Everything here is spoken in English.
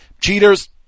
Cheaters